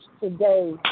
today